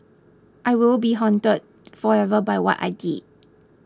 I will be haunted forever by what I did